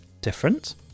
different